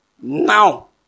Now